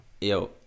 Yo